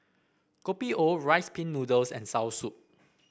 Kopi O Rice Pin Noodles and soursop